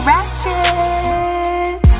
Ratchet